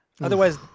otherwise